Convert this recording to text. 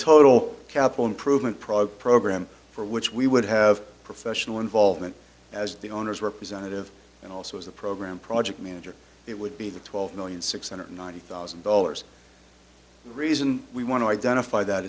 total capital improvement prague program for which we would have professional involvement as the owners representative and also as the program project manager it would be the twelve million six hundred ninety thousand dollars the reason we want to identify that